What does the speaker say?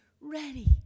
ready